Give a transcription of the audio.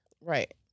Right